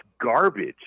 garbage